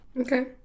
Okay